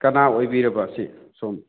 ꯀꯅꯥ ꯑꯣꯏꯕꯤꯔꯕ ꯁꯤ ꯁꯣꯝ